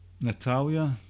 Natalia